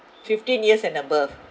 fifteen years and above